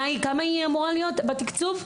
כמה היא אמורה להיות בתקצוב?